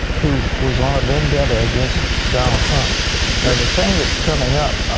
who was on a vendetta against donald trump and the thing that is coming up,